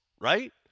right